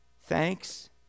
Thanks